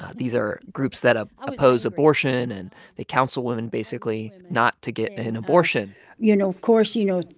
ah these are groups that ah oppose abortion. and they counsel women basically not to get an abortion you know of course, you know,